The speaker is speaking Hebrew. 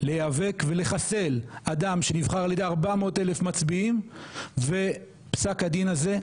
להיאבק ולחסל אדם שנבחר ע"י 400 אלף מצביעים ופסק הדין הזה,